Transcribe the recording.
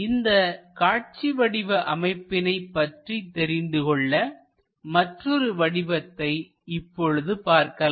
இந்த காட்சிவடிவ அமைப்பினை பற்றி தெரிந்து கொள்ள மற்றொரு வடிவத்தை இப்பொழுது பார்க்கலாம்